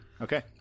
Okay